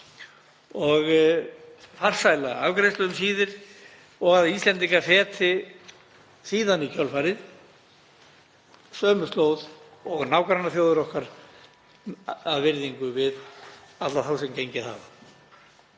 og farsæla afgreiðslu um síðir og að Íslendingar feti í kjölfarið sömu slóð og nágrannaþjóðir okkar, af virðingu við alla þá sem gengnir eru.